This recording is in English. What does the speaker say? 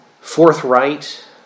forthright